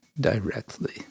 directly